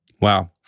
Wow